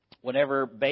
whenever